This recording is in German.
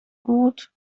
gut